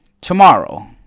tomorrow